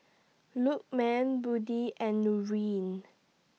Lukman Budi and Nurin